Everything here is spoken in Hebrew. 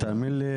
תאמין לי,